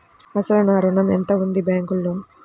అసలు నా ఋణం ఎంతవుంది బ్యాంక్లో?